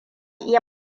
iya